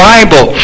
Bible